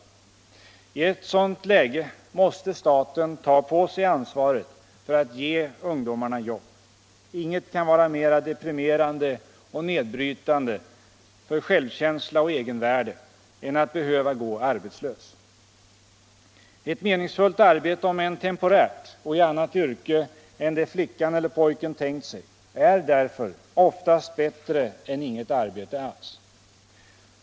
I ett sådant läge måste staten ta på sig ansvaret för att ge ungdomarna jobb. Inget kan vara mera deprimerande och nedbrytande för självkänsla och egenvärde än att behöva gå arbetslös. Ett meningsfullt arbete, om än temporärt och i annat yrke än det flickan eller pojken tänkt sig, är oftast bättre än inget arbete alls.